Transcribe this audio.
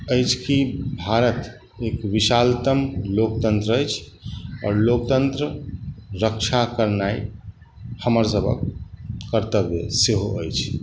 अछि कि भारत एक विशालतम लोकतन्त्र अछि आओर लोकतन्त्र रक्षा करनाइ हमरसबके कर्तव्य सेहो अछि